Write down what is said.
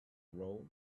road